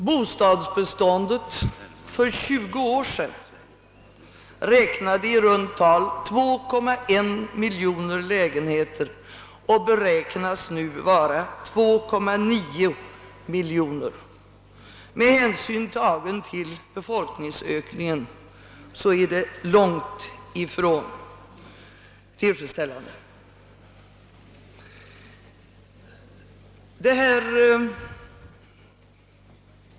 Bostadsbeståndet för 20 år sedan uppgick till i runt tal 2,1 miljoner lägenheter och beräknas nu vara 2,9 miljoner. Med hänsyn tagen till befolkningsökningen är detta långt ifrån tillfredsställande.